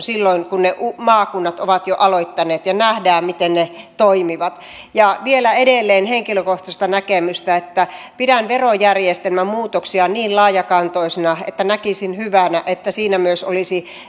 silloin ne maakunnat ovat jo aloittaneet ja nähdään miten ne toimivat vielä edelleen henkilökohtaista näkemystä pidän verojärjestelmän muutoksia niin laajakantoisina että näkisin hyvänä että siinä myös olisivat